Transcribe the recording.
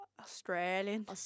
Australian